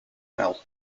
mel